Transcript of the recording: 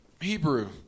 Hebrew